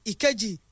Ikeji